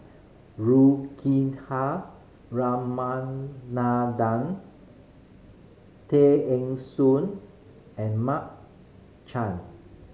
Juthika Ramanathan Tay Eng Soon and Mark Chan